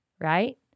right